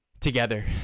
together